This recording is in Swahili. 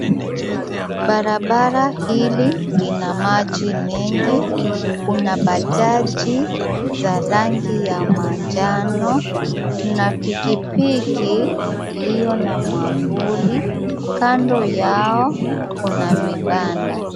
Barabara hili, lina maji mengi. Kuna bajaji za rangi ya manjano, na pikipiki iliyo na mwavuli. Kando yao kuna vibanda.